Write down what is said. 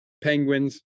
Penguins